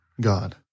God